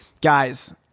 Guys